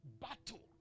Battle